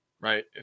right